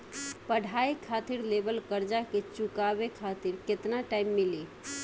पढ़ाई खातिर लेवल कर्जा के चुकावे खातिर केतना टाइम मिली?